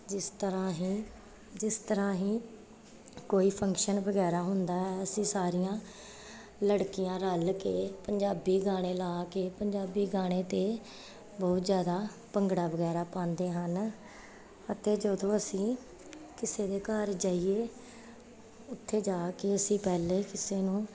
ਜਿਸ ਤਰ੍ਹਾਂ ਹੀ ਜਿਸ ਤਰ੍ਹਾਂ ਹੀ ਕੋਈ ਫੰਕਸ਼ਨ ਵਗੈਰਾ ਹੁੰਦਾ ਹੈ ਅਸੀਂ ਸਾਰੀਆਂ ਲੜਕੀਆਂ ਰਲ ਕੇ ਪੰਜਾਬੀ ਗਾਣੇ ਲਾ ਕੇ ਪੰਜਾਬੀ ਗਾਣੇ 'ਤੇ ਬਹੁਤ ਜ਼ਿਆਦਾ ਭੰਗੜਾ ਵਗੈਰਾ ਪਾਉਂਦੇ ਹਨ ਅਤੇ ਜਦੋਂ ਅਸੀਂ ਕਿਸੇ ਦੇ ਘਰ ਜਾਈਏ ਉੱਥੇ ਜਾ ਕੇ ਅਸੀਂ ਪਹਿਲਾਂ ਕਿਸੇ ਨੂੰ